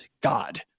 God